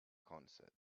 concert